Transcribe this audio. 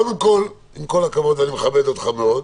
קודם כול, עם כל הכבוד, ואני מכבד אותך מאוד,